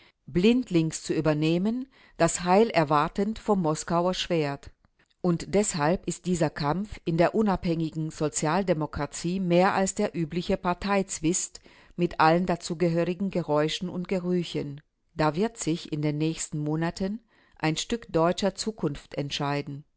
blindlings zu übernehmen das heil erwartend vom moskauer schwert und deshalb ist dieser kampf in der unabhängigen sozialdemokratie mehr als der übliche parteizwist mit allen dazugehörigen geräuschen und gerüchen da wird sich in den nächsten monaten ein stück deutscher zukunft entscheiden